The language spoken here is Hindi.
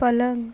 पलंग